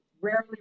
Rarely